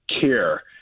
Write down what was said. care